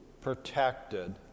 protected